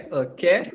okay